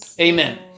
Amen